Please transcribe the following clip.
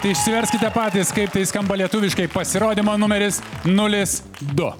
išsiversite patys kaip tai skamba lietuviškai pasirodymo numeris nulis du